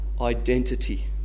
identity